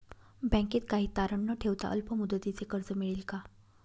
बँकेत काही तारण न ठेवता अल्प मुदतीचे कर्ज मिळेल का?